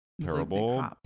terrible